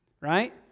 right